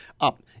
up